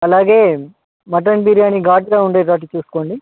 అలాగే మటన్ బిర్యానీ ఘాటుగా ఉండేటట్టు చూసుకోండి